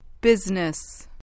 Business